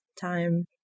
time